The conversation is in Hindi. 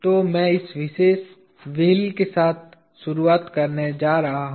तो मैं इस विशेष व्हील के साथ शुरुआत करने जा रहा हूं